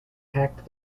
packed